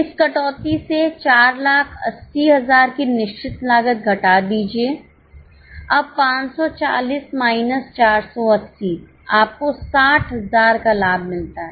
इस कटौती से 480000 की निश्चित लागत घटा दीजिए अब 540 माइनस 480 आपको 60000 का लाभ मिलता है